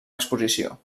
exposició